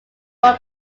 more